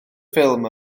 ffilm